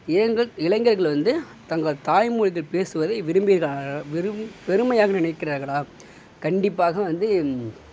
இளைஞர்கள் வந்து தங்கள் தாய்மொழியில் பேசுவதை விரும்பிருகிறாள் விரும்பி பெருமையாக நினைக்கிறார்களா கண்டிப்பாக வந்து